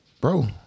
Bro